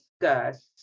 discuss